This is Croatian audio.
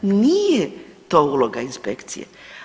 Nije to uloga inspekcije.